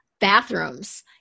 bathrooms